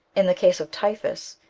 in the case of typhus,